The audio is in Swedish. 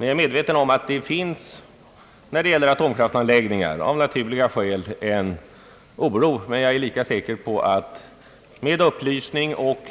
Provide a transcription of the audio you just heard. Jag är medveten om att det när det gäller atomkraftanläggningar av naturliga skäl kan uppstå oro, men jag är lika säker på att den oron kommer att kunna stillas genom upplysning och